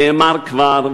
נאמר כבר,